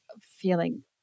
feeling